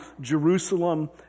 Jerusalem